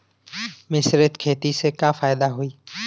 मिश्रित खेती से का फायदा होई?